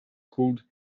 called